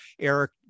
Eric